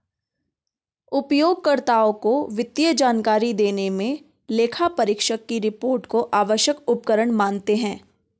उपयोगकर्ताओं को वित्तीय जानकारी देने मे लेखापरीक्षक की रिपोर्ट को आवश्यक उपकरण मानते हैं